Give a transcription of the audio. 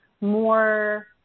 more